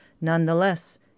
Nonetheless